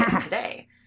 today